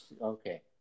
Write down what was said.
Okay